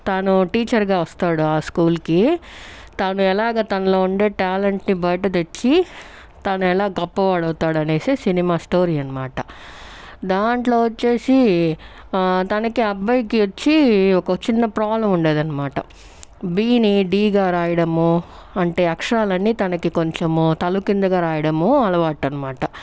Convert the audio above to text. తను టీచర్ గా వస్తాడు ఆ స్కూల్ కి తాను ఎలాగ తనలో ఉండే టాలెంట్ ని బయటకు తెచ్చి తను ఎలా గొప్పవాడు అవుతాడు అనేసి సినిమా స్టోరీ అనమాట దాంట్లో వచ్చేసి తనకి అబ్బాయికి వచ్చి ఒక చిన్న ప్రాబ్లం ఉండేది అనమాట వీని డీగా రాయడము అంటే అక్షరాలన్నీ తనకి కొంచము తలకిందులుగా రాయడం అలవాటు అనమాట